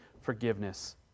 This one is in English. forgiveness